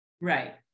right